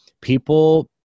people